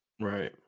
Right